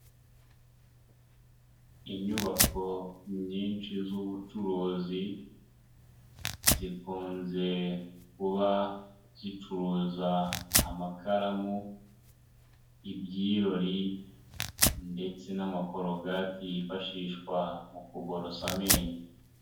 Inyubako nyinshi z'ubucuruzi zikunze kuba zicuruza amakaramu, ibyirori ndetse n'amakorogati yifashishwa mu kuborosa amenyo.